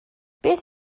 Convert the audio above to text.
beth